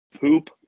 poop